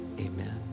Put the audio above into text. Amen